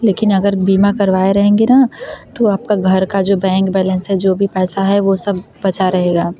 लेकिन अगर बीमा करवाए रहेंगे न तो आपका घर का जो बैंक बैलेंस है जो भी पैसा है वह सब बचा रहेगा